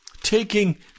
taking